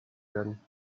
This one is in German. werden